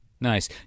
Nice